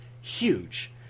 huge